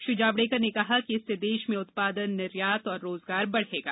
श्री जावड़ेकर ने कहा कि इससे देश में उत्पादन निर्यात और रोजगार बढ़ेगा